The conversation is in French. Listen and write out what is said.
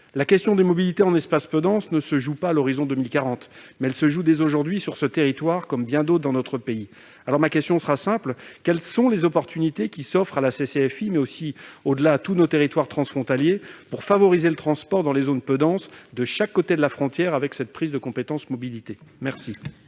La question des mobilités en espaces peu denses se joue non pas à l'horizon de 2040, mais dès aujourd'hui sur ce territoire, comme sur bien d'autres dans notre pays. Ma question sera donc simple : quelles sont les possibilités qui s'offrent à la CCFI, mais aussi, au-delà, à tous nos territoires transfrontaliers, pour favoriser le transport dans les zones peu denses de chaque côté de la frontière avec la prise de compétence mobilités ? La